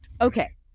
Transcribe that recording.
Okay